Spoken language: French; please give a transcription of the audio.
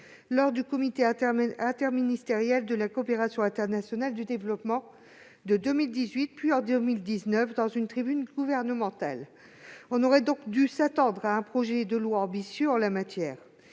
lors du comité interministériel de la coopération internationale et du développement de 2018, puis en 2019 dans une tribune gouvernementale. On aurait donc pu s'attendre à un projet de loi ambitieux en la matière.